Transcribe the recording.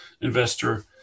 investor